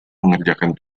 mengerjakan